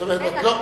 בטח שלא.